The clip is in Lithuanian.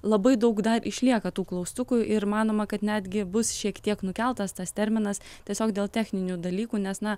labai daug dar išlieka tų klaustukų ir manoma kad netgi bus šiek tiek nukeltas tas terminas tiesiog dėl techninių dalykų nes na